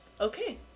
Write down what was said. Okay